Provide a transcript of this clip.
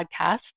podcast